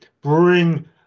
bring